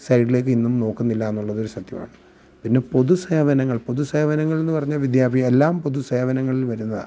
സൈഡിലേക്കിന്നും നോക്കുന്നില്ല എന്നുള്ളത് ഒരു സത്യമാണ് പിന്നെ പൊതു സേവനങ്ങൾ പൊതു സേവനങ്ങൾ എന്നു പറഞ്ഞാൽ വിദ്യാഭ്യാസം എല്ലാം പൊതു സേവനങ്ങളിൽ വരുന്നതാണ്